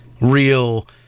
real